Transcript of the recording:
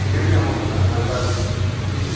ᱰᱷᱮᱨ ᱧᱟᱢᱚᱜ ᱠᱟᱱᱟ ᱥᱚᱨᱠᱟᱨᱤ ᱠᱷᱚᱱ ᱫᱚ